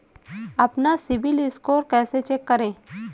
अपना CIBIL score कैसे check करें?